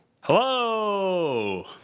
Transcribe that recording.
hello